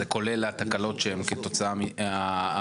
זה כולל החריגות שהן כתוצאה מהתקלות?